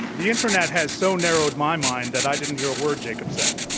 the internet has so narrowed my mind that i didn't hear a word jacob said.